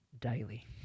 daily